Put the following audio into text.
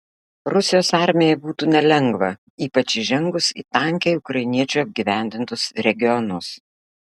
rusijos armijai būtų nelengva ypač įžengus į tankiai ukrainiečių apgyvendintus regionus